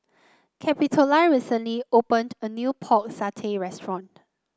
Capitola recently opened a new Pork Satay Restaurant